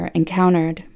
encountered